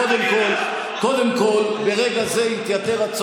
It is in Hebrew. קודם כול, תוקיע אותו.